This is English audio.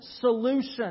solution